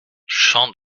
champs